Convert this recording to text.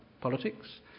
politics